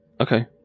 Okay